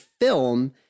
film